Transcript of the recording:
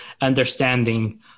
understanding